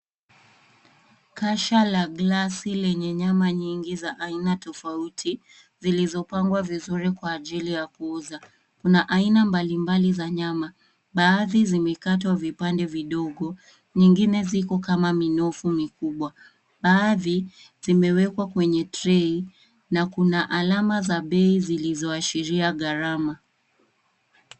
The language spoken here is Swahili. Kasha la glasi lenye nyama nyingi za aina tofauti zilizopangwa vizuri kwa ajili ya kuuza. Kuna aina mbalimbali za nyama. Baadhi zimekatwa vipande vidogo. Nyingine ziko kama minofu mikubwa. Baadhi zimewekwa kwenye trei na kuna alama za bei zilizoashiria gharama.